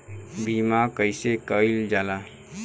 बीमा कइसे कइल जाला?